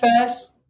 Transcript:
first